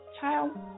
child